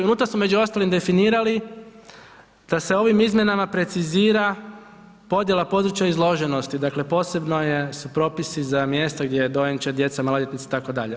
Unutra smo, među ostalim definirali da se ovim izmjenama precizira podjela područja izloženosti, dakle, posebno su propisi za mjesta gdje je dojenčad, djeca, maloljetnici, itd.